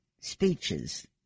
speeches